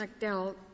McDowell